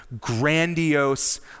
grandiose